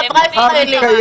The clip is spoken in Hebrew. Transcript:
החברה הישראלית.